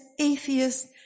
atheists